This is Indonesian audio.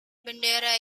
bendera